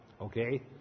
Okay